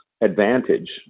advantage